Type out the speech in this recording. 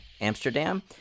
Amsterdam